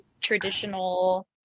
traditional